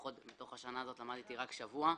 ובשנה הנוכחית למדתי רק שבוע.